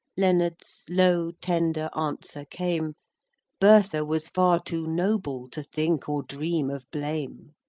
leonard's low, tender answer came bertha was far too noble to think or dream of blame.